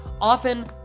Often